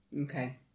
Okay